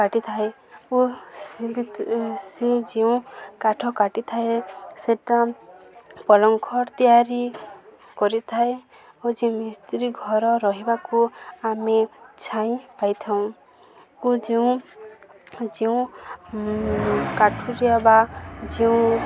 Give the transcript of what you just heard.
କାଟିଥାଏ ଓ ସେ ଯେଉଁ କାଠ କାଟିଥାଏ ସେଟା ପଲଙ୍କ ତିଆରି କରିଥାଏ ଓ ଯେଉଁ ମିସ୍ତ୍ରୀ ଘର ରହିବାକୁ ଆମେ ଛାଇ ପାଇଥାଉ ଓ ଯେଉଁ ଯେଉଁ କାଠୁରିଆ ବା ଯେଉଁ